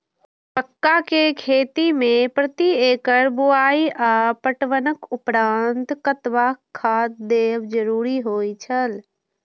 मक्का के खेती में प्रति एकड़ बुआई आ पटवनक उपरांत कतबाक खाद देयब जरुरी होय छल?